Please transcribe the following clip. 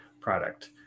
product